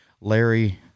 Larry